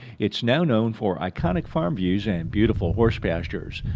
it's now known for iconic farm views and beautiful horse pastures.